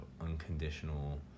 unconditional